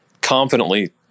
confidently